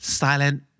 silent